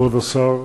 כבוד השר,